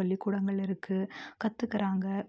பள்ளிக்கூடங்கள் இருக்குது கத்துக்கிறாங்க